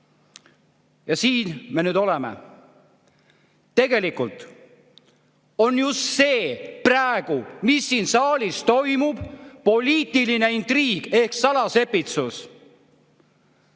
siin me nüüd oleme. Tegelikult on just see, mis siin saalis praegu toimub, poliitiline intriig ehk salasepitsus.